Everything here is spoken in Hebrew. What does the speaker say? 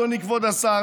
אדוני כבוד השר,